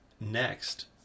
next